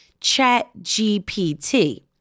ChatGPT